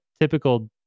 typical